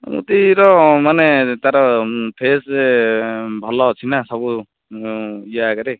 ମୋଦୀର ମାନେ ତାର ଫେସ୍ରେ ଭଲ ଅଛିନା ସବୁ ମୁଁ ଇୟା ଆଗରେ